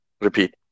Repeat